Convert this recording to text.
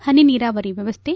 ಪನಿ ನೀರಾವರಿ ವ್ಯವಸ್ಥೆ